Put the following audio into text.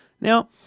Now